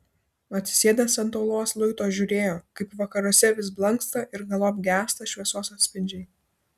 atsisėdęs ant uolos luito žiūrėjo kaip vakaruose vis blanksta ir galop gęsta šviesos atspindžiai